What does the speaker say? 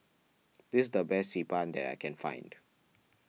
this the best Xi Ban that I can find